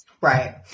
Right